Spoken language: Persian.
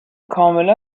کاملا